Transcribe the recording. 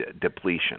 depletion